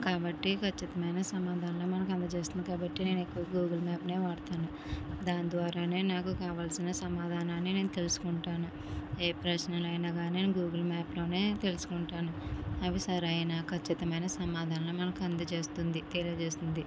కాబట్టి ఖచ్చితమైన సమాధానాన్ని మనకి అందజేస్తుంది కాబట్టి నేను ఎక్కువ గూగుల్ మ్యాప్నే వాడుతాను దాని ద్వారానే నాకు కావాల్సిన సమాధానాన్ని నేను తెలుసుకుంటాను ఏ ప్రశ్నలైనా కానీ నేను గూగుల్ మ్యాప్లోనే తెలుసుకుంటాను అవి సరైన ఖచ్చితమైన సమాధానం మనకు అందజేస్తుంది తెలియజేస్తుంది